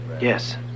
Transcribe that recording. Yes